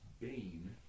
Bane